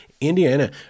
Indiana